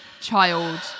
child